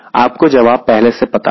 आपको जवाब पहले से पता है